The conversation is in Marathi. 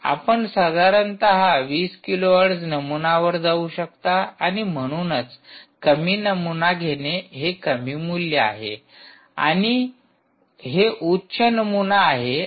आपण साधारणत २० किलोहर्ट्झ नमुना वर जाऊ शकता आणि म्हणूनच कमी नमुना घेणे हे कमी मूल्य आहे आणि हे उच्च नमुना आहे